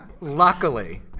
luckily